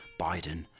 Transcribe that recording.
Biden